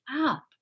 up